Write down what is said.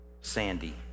sandy